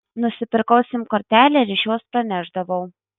nusipirkau sim kortelę ir iš jos pranešdavau